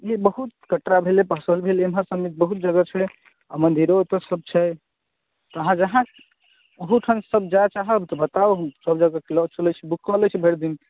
ई बहुत कटरा भेलै पहसौल भेलै एम्हर सबमे बहुत जगह छै आ मन्दिरो ओतऽ सब छै तऽ अहाँ जहाँ ओहूठाम सब जाय चाहब तऽ बताउ तऽ सब जगह लऽ चलैत छी बुक कऽ लै छी भरि दिन